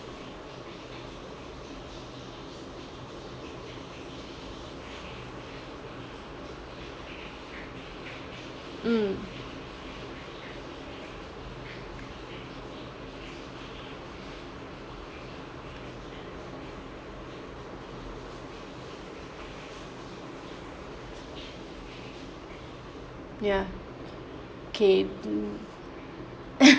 mm ya kay